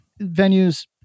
venues